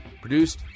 Produced